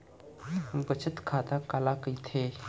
बचत खाता काला कहिथे?